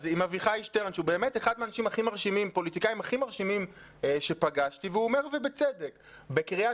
אחד הפוליטיקאים הכי מרשימים שפגשתי והוא אומר בצדק שבקריית